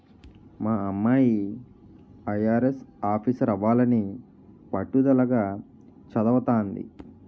మా అమ్మాయి ఐ.ఆర్.ఎస్ ఆఫీసరవ్వాలని పట్టుదలగా చదవతంది